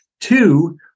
Two